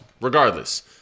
regardless